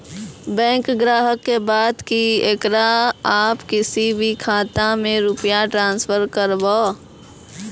Bank ग्राहक के बात की येकरा आप किसी भी खाता मे रुपिया ट्रांसफर करबऽ?